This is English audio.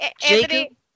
Jacob